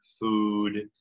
food